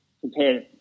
compare